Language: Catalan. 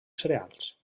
cereals